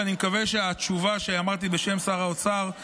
ואני מקווה שהתשובה שאמרתי בשם שר האוצר,